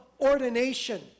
ordination